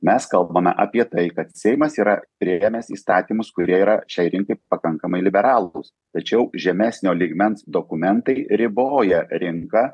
mes kalbame apie tai kad seimas yra priėmęs įstatymus kurie yra šiai rinkai pakankamai liberalūs tačiau žemesnio lygmens dokumentai riboja rinką